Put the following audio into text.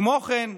כמו כן,